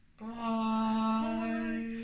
Bye